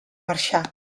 marxar